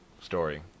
story